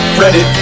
ready